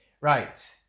Right